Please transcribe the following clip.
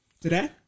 Today